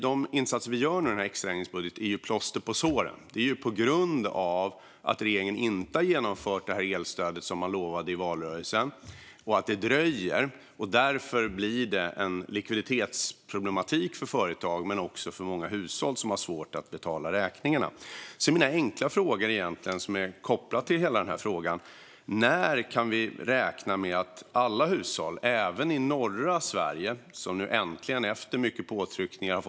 De insatser vi gör i extraändringsbudgeten är ju plåster på såren på grund av att regeringen inte har genomfört elstödet, som man lovade i valrörelsen, och att det dröjer. Det blir en likviditetsproblematik för företag men också för många hushåll som har svårt att betala räkningarna. Mina enkla frågor, som är kopplade till detta, är: När kan vi räkna med att alla hushåll får detta elstöd så att de kan planera sin tillvaro?